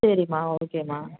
சரிம்மா ஓகேம்மா